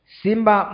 simba